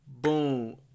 boom